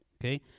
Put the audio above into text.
Okay